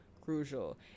crucial